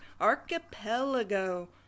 Archipelago